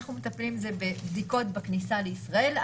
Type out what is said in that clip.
שאנחנו מטפלים זה בבדיקות בכניסה לישראל.